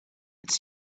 its